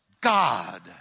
God